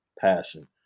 passion